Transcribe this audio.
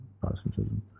Protestantism